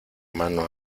mano